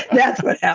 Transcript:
that's what